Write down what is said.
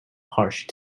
harsh